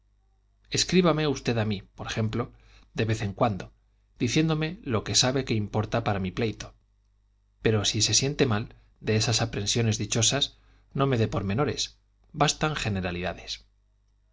escríbame usted a mí por ejemplo de vez en cuando diciéndome lo que sabe que importa para mi pleito pero si se siente mal de esas aprensiones dichosas no me dé pormenores bastan generalidades